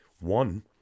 One